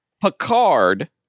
Picard